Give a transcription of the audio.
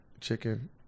chicken